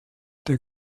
der